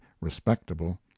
respectable